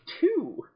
two